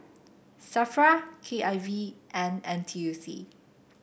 Safra K I V and N T U C